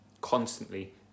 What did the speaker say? constantly